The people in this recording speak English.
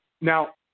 Now